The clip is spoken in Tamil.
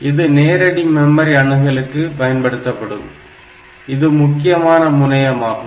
இது நேரடி மெமரி அணுகலுக்கு பயன்படுத்தப்படும் ஒரு முக்கியமான முனையம் ஆகும்